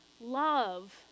love